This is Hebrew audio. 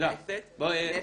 סדקסו.